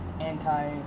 anti